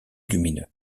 lumineux